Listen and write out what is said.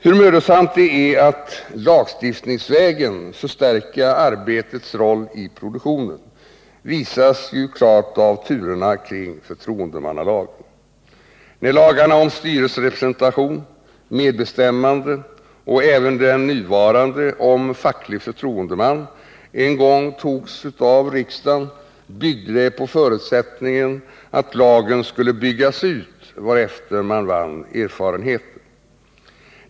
Hur mödosamt det är att lagstiftningsvägen förstärka arbetets roll i produktionen, visas klart av turerna kring förtroendemannalagen. När lagarna om styrelserepresentation, medbestämmande och även den nuvarande om facklig förtroendeman en gång antogs av riksdagen, byggde det på förutsättningen att lagen skulle byggas ut vartefter man vann erfarenheter.